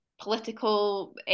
political